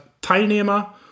Teilnehmer